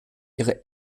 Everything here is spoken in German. ihre